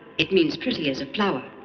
it means pretty as a flower.